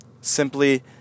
simply